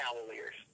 Cavaliers